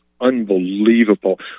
unbelievable